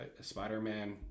Spider-Man